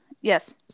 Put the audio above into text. Yes